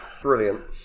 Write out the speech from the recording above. Brilliant